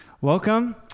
Welcome